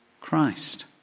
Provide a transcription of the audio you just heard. Christ